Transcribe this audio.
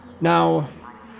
now